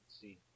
see